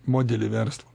modelį verslo